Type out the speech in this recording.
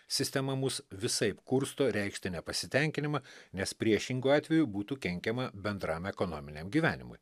sistema mus visaip kursto reikšti nepasitenkinimą nes priešingu atveju būtų kenkiama bendram ekonominiam gyvenimui